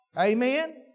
Amen